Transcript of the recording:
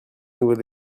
nouveau